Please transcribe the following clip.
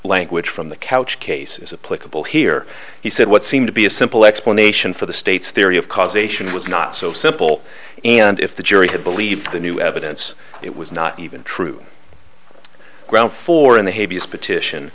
language from the couch case is a political here he said what seemed to be a simple explanation for the state's theory of causation was not so simple and if the jury had believed the new evidence it was not even true ground four in the hay vs petition